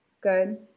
good